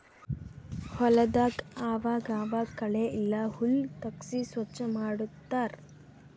ಹೊಲದಾಗ್ ಆವಾಗ್ ಆವಾಗ್ ಕಳೆ ಇಲ್ಲ ಹುಲ್ಲ್ ತೆಗ್ಸಿ ಸ್ವಚ್ ಮಾಡತ್ತರ್